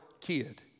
kid